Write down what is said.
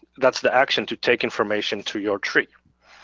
that's the action to take information to your tree.